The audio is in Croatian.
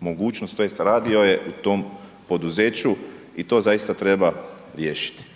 mogućnost tj. radio je u tom poduzeću i to zaista treba riješiti.